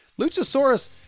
Luchasaurus